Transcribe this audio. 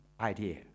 idea